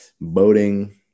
boating